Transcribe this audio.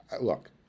Look